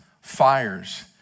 fires